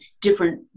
different